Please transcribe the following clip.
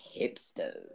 hipsters